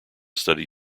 study